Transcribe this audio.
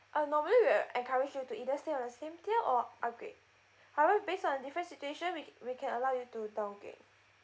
uh we'll encourage you to either stay on the same tier or upgrade however based on different situation we we can allow you to downgrade